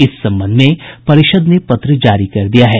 इस संबंध में परिषद ने पत्र जारी कर दिया है